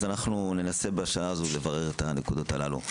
אנחנו ננסה בשעה הזאת לברר את הנקודות הללו.